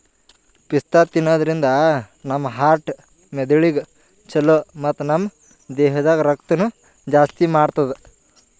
ಪಿಸ್ತಾ ತಿನ್ನಾದ್ರಿನ್ದ ನಮ್ ಹಾರ್ಟ್ ಮೆದಳಿಗ್ ಛಲೋ ಮತ್ತ್ ನಮ್ ದೇಹದಾಗ್ ರಕ್ತನೂ ಜಾಸ್ತಿ ಮಾಡ್ತದ್